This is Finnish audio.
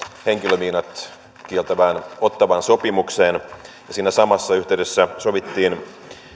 henkilömiinat kieltävään ottawan sopimukseen ja siinä samassa yhteydessä sovittiin